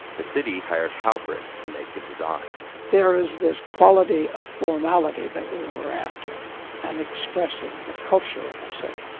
the city hired halprin to make the design there is this quality of formality that we were after and expressing the culture of a city.